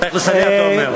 צריך לסיים, אתה אומר.